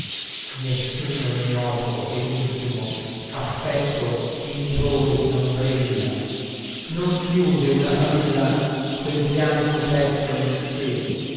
nessuno ignoto ed intimo affetto in voi non brilla non chiude una favilla quel bianco petto in sé